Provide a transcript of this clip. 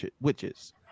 witches